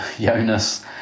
Jonas